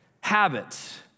Habits